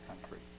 country